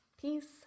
peace